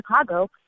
Chicago